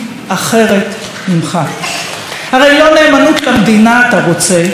הרי לא נאמנות למדינה אתה רוצה אלא נאמנות אישית לך,